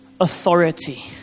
authority